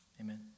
Amen